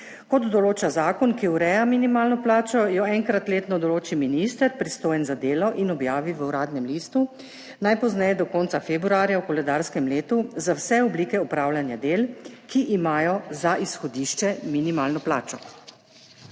Kot določa zakon, ki ureja minimalno plačo, jo enkrat letno določi minister, pristojen za delo, in objavi v Uradnem listu najpozneje do konca februarja v koledarskem letu za vse oblike opravljanja del, ki imajo za izhodišče minimalno plačo.